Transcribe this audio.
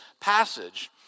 passage